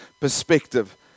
perspective